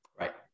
Right